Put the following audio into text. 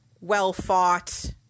well-fought